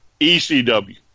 ECW